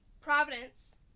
Providence